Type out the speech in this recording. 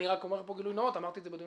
אומר רק גילוי נאות אמרתי את זה גם בדיון